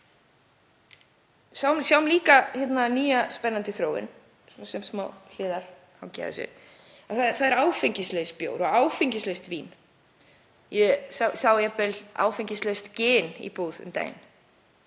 sjáum líka nýja spennandi þróun sem er smá hliðarangi af þessu. Það er áfengislaus bjór og áfengislaust vín. Ég sá jafnvel áfengislaust gin í búð um daginn.